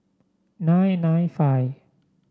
nine nine five